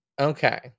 Okay